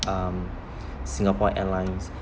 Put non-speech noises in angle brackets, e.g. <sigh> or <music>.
<noise> um singapore airlines